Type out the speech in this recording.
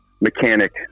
mechanic